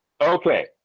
okay